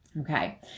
okay